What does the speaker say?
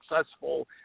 successful